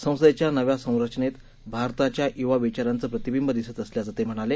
संसदेच्या नव्या संरचनेत भारताच्या युवा विचारांचं प्रतिबिंब दिसत असल्याचं ते म्हणाले